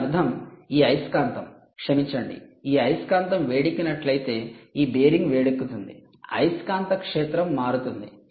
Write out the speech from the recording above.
దీని అర్థం ఈ అయస్కాంతం క్షమించండి ఈ అయస్కాంతం వేడెక్కినట్లయితే ఈ బేరింగ్ వేడెక్కుతుంది అయస్కాంత క్షేత్రం మారుతుంది